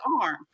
arm